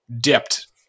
dipped